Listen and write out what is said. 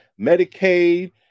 Medicaid